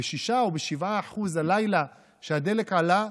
ב-6% או ב-7% הלילה הדלק עלה,